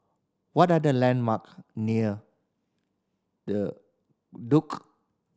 what are the landmark near The Duke